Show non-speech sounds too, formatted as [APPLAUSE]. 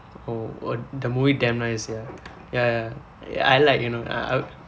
oh what the movie damn nice ya ya ya I like you know [NOISE]